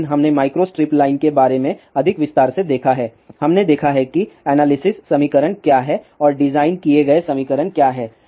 लेकिन हमने microstrip line के बारे में अधिक विस्तार से देखा है हमने देखा है कि एनालिसिस समीकरण क्या हैं और डिज़ाइन किए गए समीकरण क्या हैं